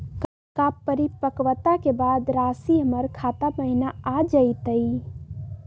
का परिपक्वता के बाद रासी हमर खाता महिना आ जइतई?